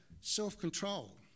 self-control